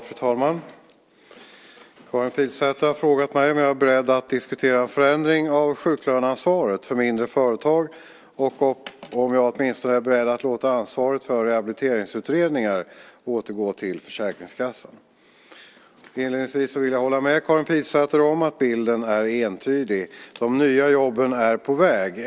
Fru talman! Karin Pilsäter har frågat mig om jag är beredd att diskutera en förändring av sjuklöneansvaret för mindre företag och om jag åtminstone är beredd att låta ansvaret för rehabiliteringsutredningar återgå till Försäkringskassan. Inledningsvis vill jag hålla med Karin Pilsäter om att bilden är entydig. De nya jobben är på väg.